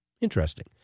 Interesting